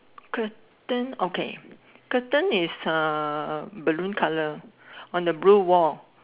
curtain okay curtain is uh balloon colour on the blue wall